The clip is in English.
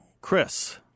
Chris